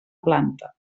planta